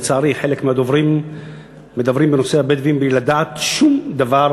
לצערי חלק מהדוברים מדברים בנושא הבדואים בלי לדעת שום דבר,